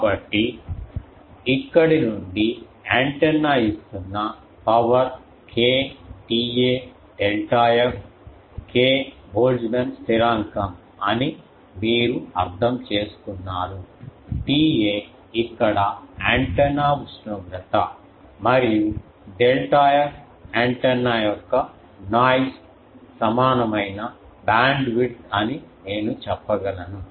కాబట్టి ఇక్కడ నుండి యాంటెన్నా ఇస్తున్న power K TA delta f K Boltzmann స్థిరాంకం అని మీరు అర్థం చేసుకున్నారు TA ఇక్కడ యాంటెన్నా ఉష్ణోగ్రత మరియు డెల్టా f యాంటెన్నా యొక్క నాయిస్ సమానమైన బ్యాండ్విడ్త్ అని నేను చెప్పగలను